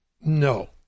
No